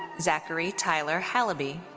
zachary tyler halaby.